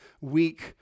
weak